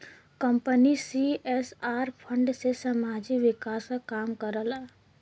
company CSR fund से सामाजिक विकास क काम करला